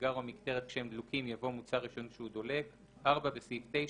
סיגר או מקטרת כשהם דלוקים" יבוא "מוצר עישון כשהוא דולק"; (4)בסעיף 9,